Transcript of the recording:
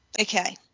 Okay